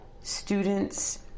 students